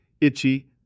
itchy